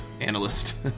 analyst